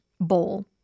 bowl